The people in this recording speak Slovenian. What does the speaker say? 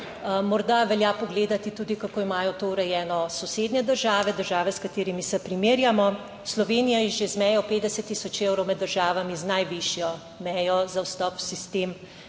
Morda velja pogledati tudi kako imajo to urejeno sosednje države, države, s katerimi se primerjamo. Slovenija je že z mejo 50 tisoč evrov med državami z najvišjo mejo za vstop v sistem